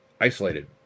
isolated